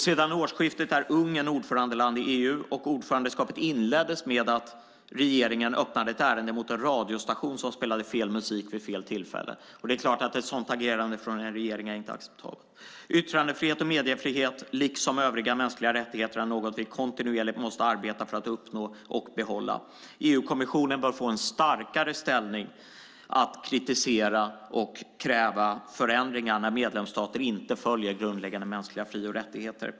Sedan årsskiftet är Ungern ordförandeland i EU, och ordförandeskapet inleddes med att regeringen öppnade ett ärende mot en radiostation som spelade fel musik vid fel tillfälle. Det är klart att ett sådant agerande från en regering inte är acceptabelt. Yttrandefrihet och mediefrihet liksom övriga mänskliga rättigheter är något vi kontinuerligt måste arbeta för att uppnå och behålla. EU-kommissionen bör få en starkare ställning att kritisera och kräva förändringar när medlemsstater inte följer grundläggande mänskliga fri och rättigheter.